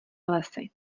lesy